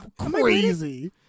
crazy